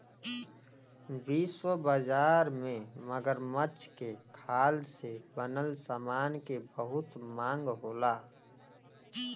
विश्व बाजार में मगरमच्छ के खाल से बनल समान के बहुत मांग होला